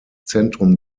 zentrum